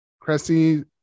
Cressy